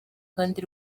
kandi